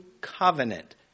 covenant